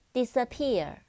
Disappear